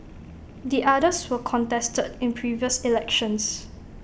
the others were contested in previous elections